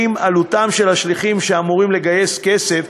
עלותם של השליחים שאמורים לגייס כסף,